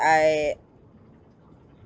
I